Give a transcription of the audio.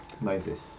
Moses